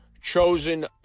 chosen